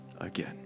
again